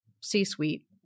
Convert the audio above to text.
C-suite